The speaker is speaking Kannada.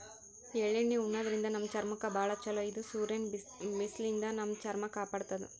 ಎಳ್ಳಣ್ಣಿ ಉಣಾದ್ರಿನ್ದ ನಮ್ ಚರ್ಮಕ್ಕ್ ಭಾಳ್ ಛಲೋ ಇದು ಸೂರ್ಯನ್ ಬಿಸ್ಲಿನ್ದ್ ನಮ್ ಚರ್ಮ ಕಾಪಾಡತದ್